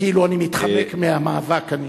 כאילו אני מתחמק מהמאבק.